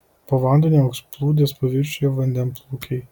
po vandeniu augs plūdės paviršiuje vandenplūkiai